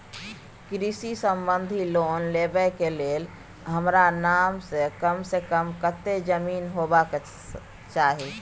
कृषि संबंधी लोन लेबै के के लेल हमरा नाम से कम से कम कत्ते जमीन होबाक चाही?